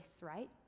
right